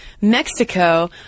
Mexico